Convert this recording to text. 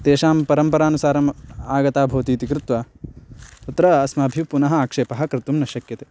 तेषां परम्परानुसारम् आगता भवतीति कृत्वा तत्र अस्माभिः पुनः आक्षेपः कर्तुं न शक्यते